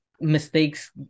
mistakes